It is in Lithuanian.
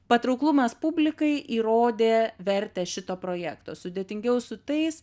patrauklumas publikai įrodė vertę šito projekto sudėtingiau su tais